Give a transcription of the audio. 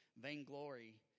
vainglory